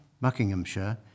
Buckinghamshire